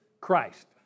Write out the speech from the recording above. Christ